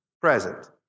Present